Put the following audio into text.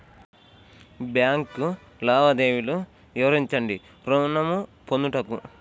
Bank లావాదేవీలు వివరించండి ఋణము పొందుటకు?